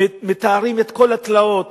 מתארים את כל התלאות,